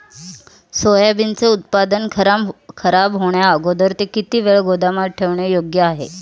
सोयाबीनचे उत्पादन खराब होण्याअगोदर ते किती वेळ गोदामात ठेवणे योग्य आहे?